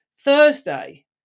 thursday